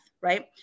right